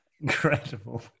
Incredible